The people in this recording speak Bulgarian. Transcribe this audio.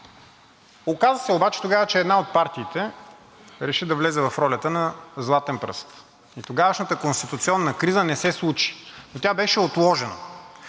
обаче, че тогава една от партиите реши да влезе в ролята на златен пръст. Тогавашната конституционна криза не се случи и тя беше отложена.